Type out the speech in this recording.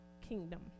kingdom